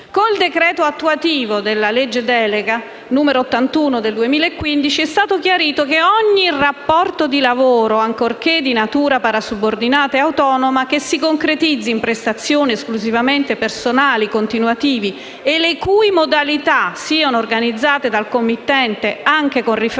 Con il decreto attuativo della legge delega n. 81 del 2015 è stato chiarito che ogni rapporto di lavoro, ancorché di natura parasubordinata e autonoma, che si concretizzi in prestazioni esclusivamente personali, continuative e le cui modalità siano organizzate dal committente anche con riferimento